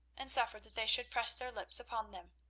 and suffered that they should press their lips upon them.